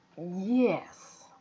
yes